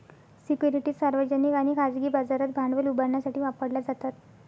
securities सार्वजनिक आणि खाजगी बाजारात भांडवल उभारण्यासाठी वापरल्या जातात